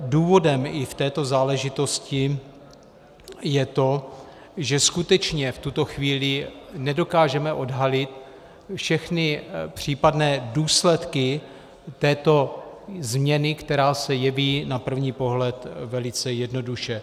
Důvodem i v této záležitosti je to, že skutečně v tuto chvíli nedokážeme odhalit všechny případné důsledky této změny, která se jeví na první pohled velice jednoduše.